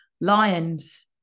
lions